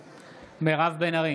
בעד מירב בן ארי,